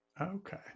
Okay